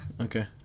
Okay